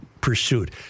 pursuit